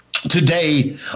today